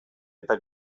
eta